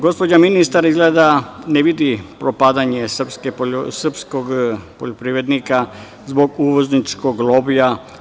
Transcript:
Gospođa ministar izgleda ne vidi propadanje srpskog poljoprivrednika, zbog uvozničkog lobija.